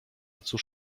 cóż